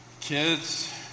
kids